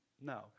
No